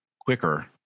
quicker